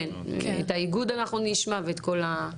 כן, את האיגוד אנחנו נשמע ואת הכל.